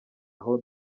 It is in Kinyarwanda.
aho